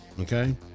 okay